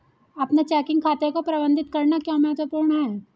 अपने चेकिंग खाते को प्रबंधित करना क्यों महत्वपूर्ण है?